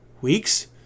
weeks